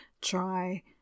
try